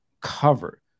cover